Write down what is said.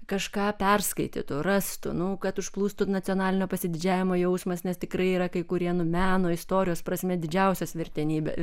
kažką perskaitytų rastų nu kad užplūstų nacionalinio pasididžiavimo jausmas nes tikrai yra kai kurie nu meno istorijos prasme didžiausios vertenybė